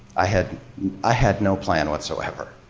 i had i had no plan whatsoever.